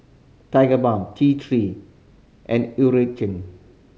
Tigerbalm T Three and Eucerin